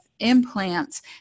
implants